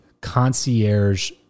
concierge